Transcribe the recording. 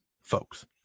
folks